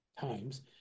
times